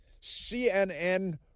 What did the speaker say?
CNN